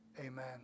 Amen